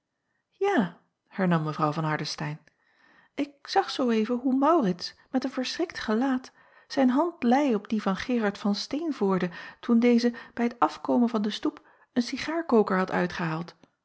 a hernam w van ardestein ik zag zoo even acob van ennep laasje evenster delen hoe aurits met een verschrikt gelaat zijn hand leî op die van erard van teenvoorde toen deze bij t afkomen van den stoep een cigaarkoker had uitgehaald